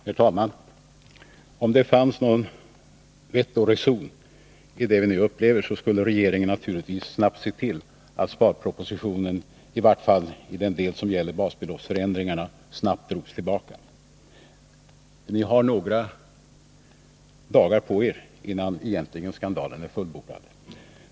Herr talman! Om det funnes vett och reson i det vi nu upplever, så skulle regeringen naturligtvis se till att sparpropositionen — i varje fall i den del som gäller basbeloppsförändringarna — snabbt drogs tillbaka. Ni har några dagar på er innan skandalen är fullbordad.